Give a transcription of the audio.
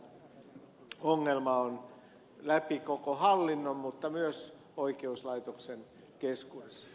tämä ongelma on läpi koko hallinnon mutta myös oikeuslaitoksen keskuudessa